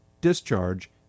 discharge